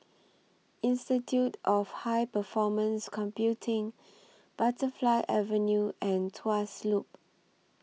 Institute of High Performance Computing Butterfly Avenue and Tuas Loop